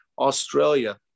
Australia